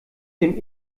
dem